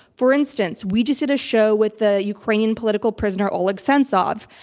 for instance, we just did a show with the ukrainian political prisoner, oleg sentsov,